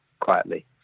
quietly